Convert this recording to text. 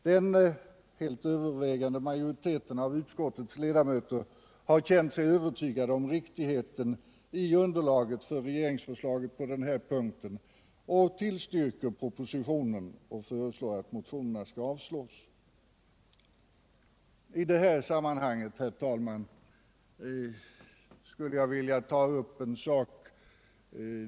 Den helt överväldigande majoriteten av utskottets ledamöter har känt sig övertygad om riktigheten i underlaget för regeringsförslaget på denna punkt och tillstyrker propositionen samt föreslår att motionerna avslås. I detta sammanhang, herr talman, skulle jag vilja ta upp en annan sak.